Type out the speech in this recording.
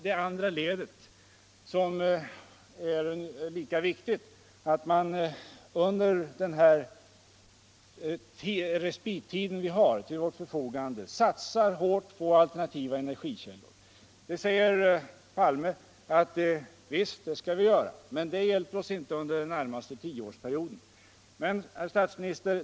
Det andra ledet, som är lika viktigt, är att man under den respittid vi har till vårt förfogande satsar hårt på alternativa energikällor. Herr Palme säger att visst skall vi göra det, men det hjälper oss inte under den närmaste tioårsperioden. Herr statsminister!